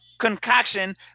concoction